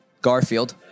Garfield